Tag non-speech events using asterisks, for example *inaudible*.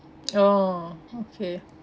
*noise* oh okay